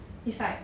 it's like